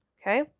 okay